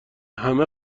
همه